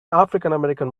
africanamerican